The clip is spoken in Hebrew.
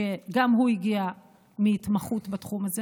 שגם הוא הגיע מהתמחות בתחום הזה.